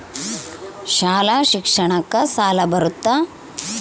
ಶಾಲಾ ಶಿಕ್ಷಣಕ್ಕ ಸಾಲ ಬರುತ್ತಾ?